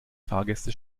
fahrgäste